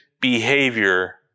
behavior